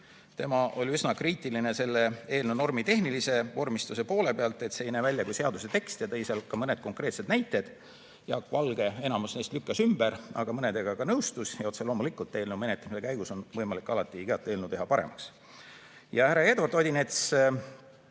tema oli üsna kriitiline selle eelnõu normitehnilise vormistuse poole suhtes, et see ei näe välja kui seaduse tekst, ja tõi ka mõned konkreetsed näited. Jaak Valge enamiku neist lükkas ümber, aga mõnega ka nõustus. Otse loomulikult on eelnõu menetlemise käigus võimalik alati iga eelnõu teha paremaks. Härra Eduard Odinets